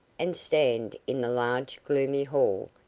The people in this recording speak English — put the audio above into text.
and stand in the large gloomy hall,